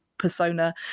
Persona